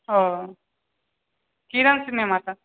आ की नाओ छी नाना कऽ